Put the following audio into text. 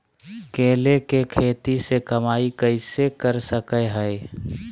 केले के खेती से कमाई कैसे कर सकय हयय?